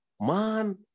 Man